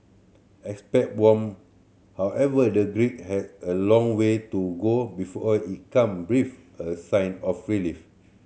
expert warm however the Greek has a long way to go before it can breathe a sigh of relief